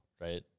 right